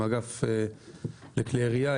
עם האגף לכלי ירייה,